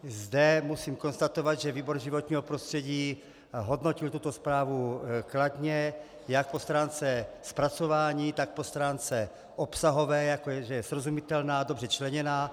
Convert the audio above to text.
Zde musím konstatovat, že výbor pro životní prostředí hodnotil tuto zprávu kladně jak po stránce zpracování, tak po stránce obsahové, jako že je srozumitelná, dobře členěná.